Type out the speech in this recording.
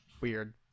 weird